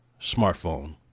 smartphone